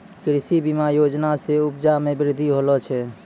कृषि बीमा योजना से उपजा मे बृद्धि होलो छै